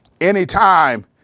anytime